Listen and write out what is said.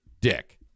dick